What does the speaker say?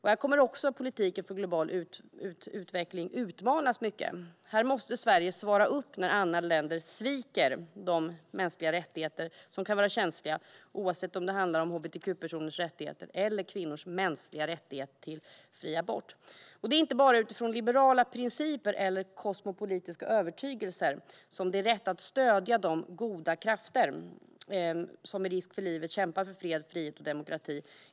Här kommer också politiken för global utveckling att utmanas - här måste Sverige svara upp när andra länder sviker de mänskliga rättigheter som kan vara känsliga, oavsett om det handlar om hbtq-personers rättigheter eller kvinnors mänskliga rättighet till fri abort. Det är inte bara utifrån liberala principer eller kosmopolitiska övertygelser som det är rätt att stödja de goda krafter som med risk för livet kämpar för fred, frihet och demokrati.